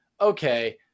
okay